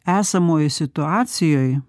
esamoj situacijoj